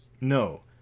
No